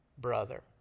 brother